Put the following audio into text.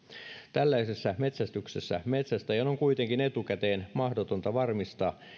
tällaisessa metsästyksessä metsästäjän on kuitenkin etukäteen mahdotonta varmistaa